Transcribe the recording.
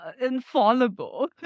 infallible